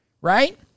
Right